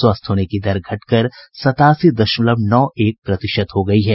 स्वस्थ होने की दर घटकर सतासी दशमलव नौ एक प्रतिशत हो गयी है